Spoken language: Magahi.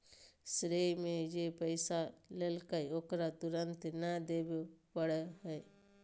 श्रेय में जे पैसा लेलकय ओकरा तुरंत नय देबे पड़ो हइ